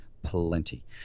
Plenty